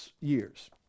years